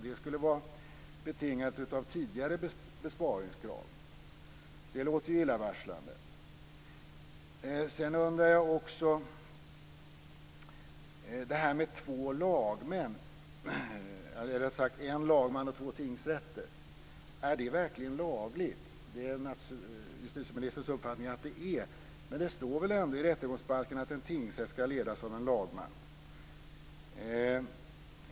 Det skulle vara betingat av tidigare besparingskrav. Det låter illavarslande. Sedan undrar jag över detta med att det ska vara en lagman och två tingsrätter. Är det verkligen lagligt? Justitieministerns uppfattning är naturligtvis att det är det. Men det står väl ändå i rättegångsbalken att en tingsrätt ska ledas av en lagman?